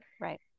right